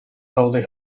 holy